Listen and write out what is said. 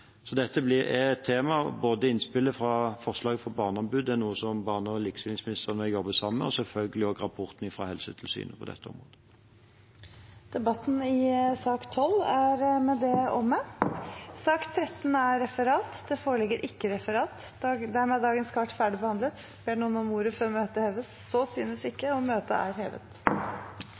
Så dette er et tema. Forslaget fra barneombudet er noe barne- og likestillingsministeren og jeg jobber sammen om, og selvfølgelig også rapporten fra Helsetilsynet på dette området. Debatten i sak nr. 12 er med det omme. Det foreligger ikke noe referat. Dermed er dagens kart ferdigbehandlet. Ber noen om ordet før møtet heves? – Så synes ikke, og møtet er hevet.